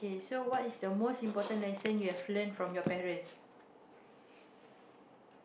so what's your most important lesson you have learn from your parents